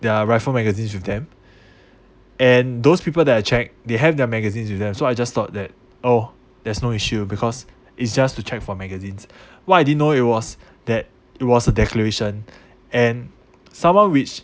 their rifle magazines with them and those people that I check they have their magazines with them so I just thought that oh there's no issue because it's just to check for magazines what I didn't know it was that it was a declaration and someone which